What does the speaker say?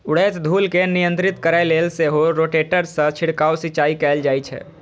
उड़ैत धूल कें नियंत्रित करै लेल सेहो रोटेटर सं छिड़काव सिंचाइ कैल जाइ छै